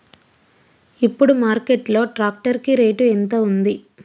ఇప్పుడు మార్కెట్ లో ట్రాక్టర్ కి రేటు ఎంత ఉంది?